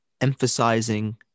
emphasizing